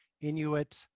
Inuit